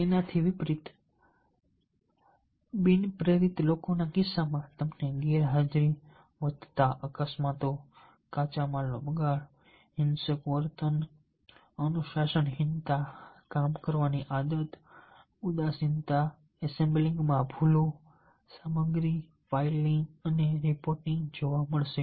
તેનાથી વિપરીત બિન પ્રેરિત લોકોના કિસ્સામાં તમને ગેરહાજરી વધતા અકસ્માતો કાચા માલનો બગાડ હિંસક વર્તન અનુશાસનહીનતા કામ કરવાની આદત ઉદાસીનતા એસેમ્બલિંગમાં ભૂલો સામગ્રી ફાઇલિંગ અને રિપોર્ટિંગ જોવા મળશે